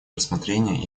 рассмотрения